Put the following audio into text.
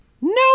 No